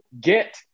get